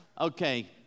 Okay